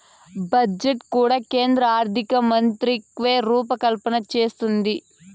budget కూడా కేంద్ర ఆర్థికమంత్రిత్వకాకే రూపకల్పన చేస్తందాది